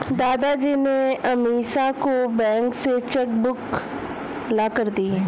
दादाजी ने अमीषा को बैंक से चेक बुक लाकर दी